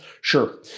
Sure